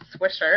Swisher